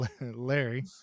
Larry